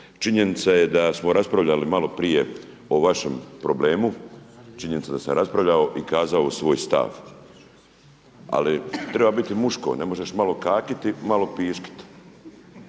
Činjenica je da smo raspravljali malo prije o vašem problemu, činjenica da sam raspravljao i kazao svoj stav ali treba biti muško, ne možeš malo kakiti, malo piškiti.